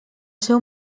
seu